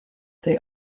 they